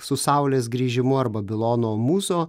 su saulės grįžimu ar babilono mūzo